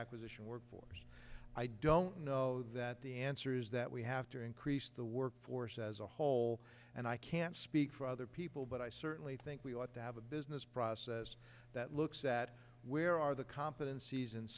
acquisition workforce i don't know that the answer is that we have to increase the workforce as a whole and i can't speak for other people but i certainly think we ought to have a business process that looks at where are the co